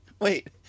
Wait